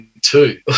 two